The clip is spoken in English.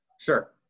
Sure